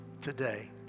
today